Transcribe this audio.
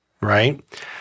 right